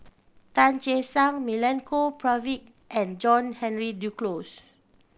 Tan Che Sang Milenko Prvacki and John Henry Duclos